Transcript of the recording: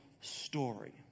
story